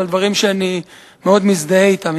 אבל דברים שאני מאוד מזדהה אתם,